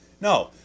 No